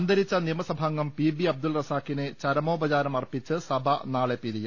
അന്തരിച്ച നിയമസഭാംഗം P B Abdul റസാഖിന് ചരമോപചാരം അർപ്പിച്ച് നാളെ സഭ പിരിയും